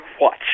watch